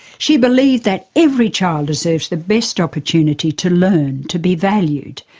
she believed that every child deserves the best opportunity to learn, to be valued,